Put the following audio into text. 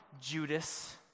Judas